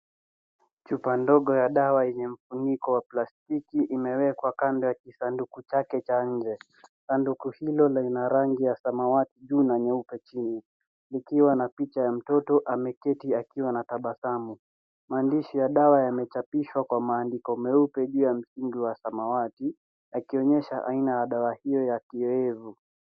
Chupa ndogo ya dawa yenye mfuniko wa plastiki imewekwa kando ya kisanduku chake cha nje. Sanduku hilo lina rangi ya samawati juu na nyeupe chini, likiwa na picha ya mtoto ameketi akiwa anatabasamu. Maandishi ya dawa yamechapishwa kwa maandiko meupe juu ya msingi wa samawati, yakionyesha aina ya dawa hiyo ya kiyowevu.